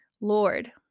Lord